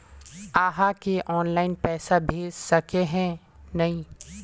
आहाँ के ऑनलाइन पैसा भेज सके है नय?